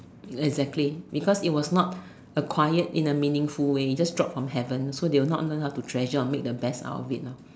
exactly because it was not acquired in a meaningful way just drop from heaven so they would not know how to treasure or make the best out of it lah